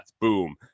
Boom